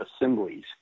Assemblies